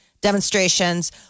demonstrations